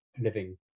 living